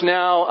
now